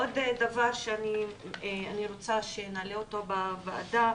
עוד דבר שאני רוצה שנעלה אותו בוועדה,